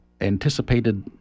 anticipated